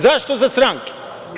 Zašto za stranke?